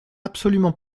absolument